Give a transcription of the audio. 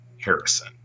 Harrison